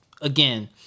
again